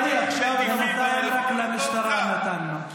דודי, אתה, בינתיים רק למשטרה נתנו.